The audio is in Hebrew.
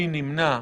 מי נמנע?